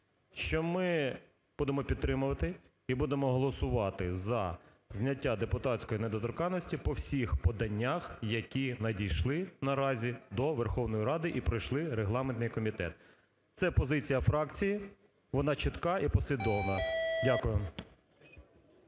що ми будемо підтримувати і будемо голосувати за зняття депутатської недоторканності по всіх поданнях, які надійшли наразі до Верховної Ради і пройшли регламентний комітет. Це позиція фракції, вона чітка і послідовна. Дякую.